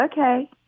okay